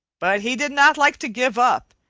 but he did not like to give up,